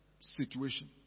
situation